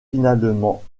finalement